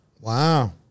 Wow